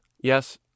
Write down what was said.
yes